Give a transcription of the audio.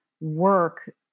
work